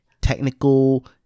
technical